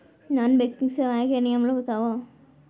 Non banking सेवाएं के नियम ला बतावव?